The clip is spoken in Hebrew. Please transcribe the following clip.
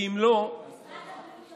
כי אם לא, משרד הבריאות לא מסכים.